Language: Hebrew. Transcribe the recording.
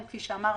כפי שאמרתי,